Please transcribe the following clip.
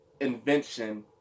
invention